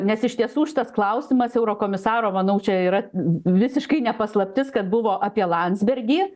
nes iš tiesų šitas klausimas eurokomisaro manau čia yra visiškai ne paslaptis kad buvo apie landsbergį